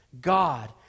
God